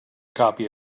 copy